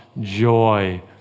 joy